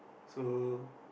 so